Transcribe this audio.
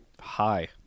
hi